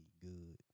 good